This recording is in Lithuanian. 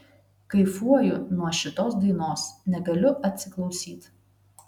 kaifuoju nuo šitos dainos negaliu atsiklausyt